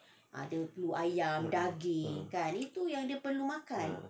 um um um ah